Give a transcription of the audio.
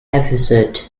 episode